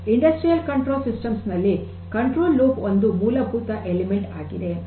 ಕೈಗಾರಿಕಾ ನಿಯಂತ್ರಿತ ಸಿಸ್ಟಮ್ಸ್ ನಲ್ಲಿ ನಿಯಂತ್ರಣ ಲೂಪ್ ಒಂದು ಮೂಲಭೂತ ಎಲಿಮೆಂಟ್ ಆಗಿದೆ